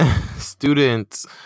students